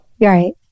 Right